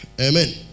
Amen